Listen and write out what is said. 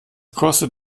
kostet